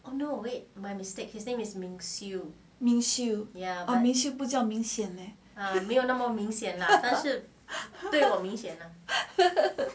ming siu 不叫明显勒